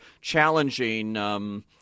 challenging –